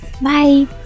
Bye